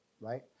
right